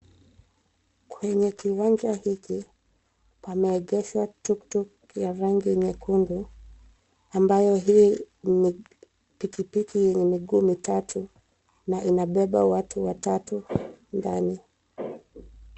Kwenye kiwanja hiki, pameegeshwa tuktuk ya rangi nyekundu ambayo hii ni pikipiki yenye miguu mitatu na inabeba watu watatu ndani.